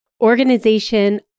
Organization